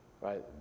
right